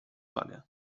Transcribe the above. wagę